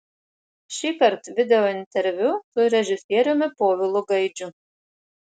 šįkart videointerviu su režisieriumi povilu gaidžiu